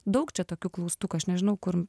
daug čia tokių klaustukų aš nežinau kur